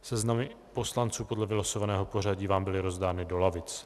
Seznamy poslanců podle vylosovaného pořadí vám byly rozdány do lavic.